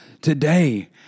Today